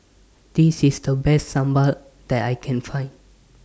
This IS The Best Sambal that I Can Find